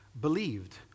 believed